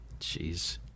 Jeez